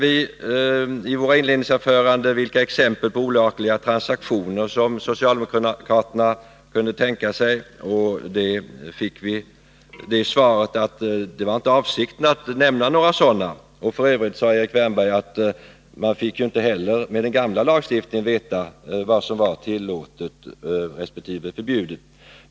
I våra inledningsanföranden frågade vi vilka exempel på olagliga transaktioner socialdemokraterna kunde tänka sig, och vi fick det svaret att avsikten inte var att nämna några sådana. F. ö., sade Erik Wärnberg, fick man inte heller med den gamla lagstiftningen veta vad som var tillåtet resp. förbjudet.